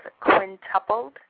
quintupled